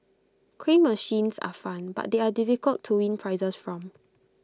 crane machines are fun but they are difficult to win prizes from